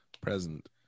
present